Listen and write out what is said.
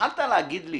כשהתחלת להגיד לי